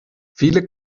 viele